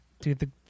Dude